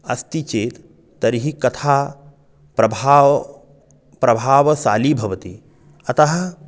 अस्ति चेत् तर्हि कथा प्रभावं प्रभावशाली भवति अतः